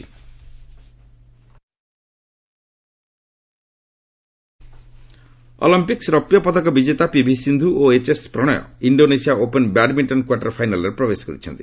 badminton Olympic ରୌପ୍ୟ ପଦକ ବିଜେତା ପିଭି ସିନ୍ଧୁ ଓ HS Prannoy Indonesia Open badminton quarter ଫାଇନାଲ୍ରେ ପ୍ରବେଶ କରିଛନ୍ତି